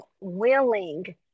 willing